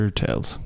tails